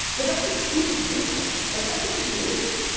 but that's the truth of business. like that's just the game.